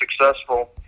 successful